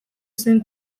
zen